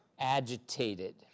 agitated